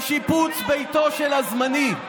לשיפוץ ביתו של הזמני.